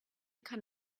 kann